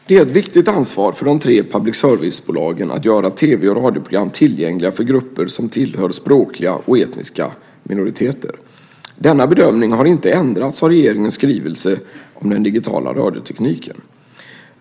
Det är ett viktigt ansvar för de tre public service bolagen att göra tv och radioprogram tillgängliga för grupper som tillhör språkliga och etniska minoriteter. Denna bedömning har inte ändrats av regeringens skrivelse om den digitala radiotekniken.